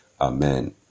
Amen